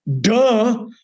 duh